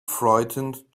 frightened